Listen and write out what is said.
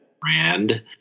brand